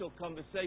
conversation